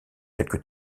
quelque